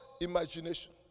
imagination